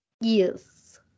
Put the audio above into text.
Yes